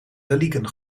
relieken